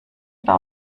oder